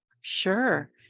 Sure